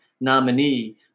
nominee